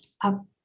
up